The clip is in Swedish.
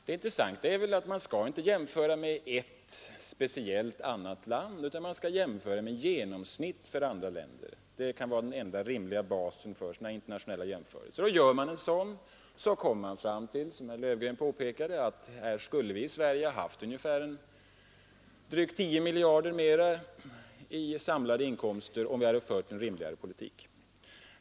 Det intressanta är väl att man inte skall jämföra Sverige med ett speciellt annat land, utan att man bör jämföra med genomsnittet för andra länder. Det är den enda rimliga basen för internationella jämförelser. Gör man en sådan jämförelse, kommer man, såsom herr Löfgren påpekade, fram till att vi här i Sverige skulle ha haft drygt 10 miljarder kronor mera i samlade inkomster, om vi hade fört en rimligare politik.